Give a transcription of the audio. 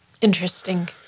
Interesting